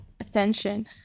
attention